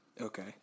Okay